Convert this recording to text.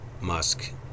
Musk